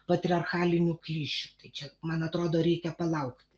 patriarchalinių klišių čia man atrodo reikia palaukt